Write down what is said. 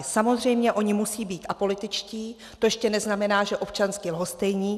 Samozřejmě, oni musí být apolitičtí, to ještě neznamená, že občansky lhostejní.